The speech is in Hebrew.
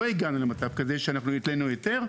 לא הגענו למצב כזה שאנחנו הטנו היתר,